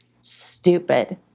stupid